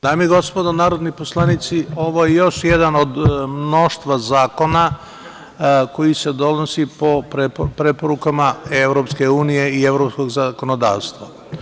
Dame i gospodo narodni poslanici, ovo je još jedan od mnoštvo zakona koji se donosi po preporukama EU i Evropskog zakonodavstva.